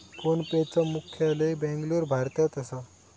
फोनपेचा मुख्यालय बॅन्गलोर, भारतात असा